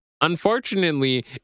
Unfortunately